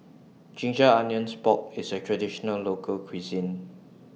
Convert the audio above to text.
Ginger Onions Pork IS A Traditional Local Cuisine